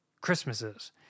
Christmases